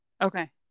Okay